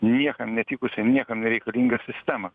niekam netikusį niekam nereikalingą sistemą